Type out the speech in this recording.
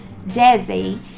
Desi